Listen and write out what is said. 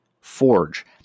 forge